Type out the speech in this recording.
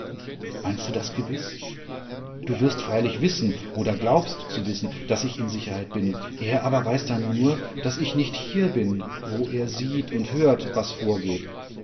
meinst du das gewiß du wirst freilich wissen oder glaubst zu wissen daß ich in sicherheit bin er aber weiß dann nur daß ich nicht hier bin wo er sieht und hört was vorgeht